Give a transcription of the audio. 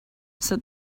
said